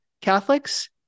Catholics